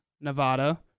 Nevada